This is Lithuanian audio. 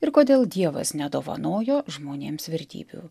ir kodėl dievas nedovanojo žmonėms vertybių